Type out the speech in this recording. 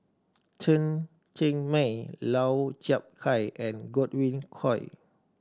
Chen Cheng Mei Lau Chiap Khai and Godwin Koay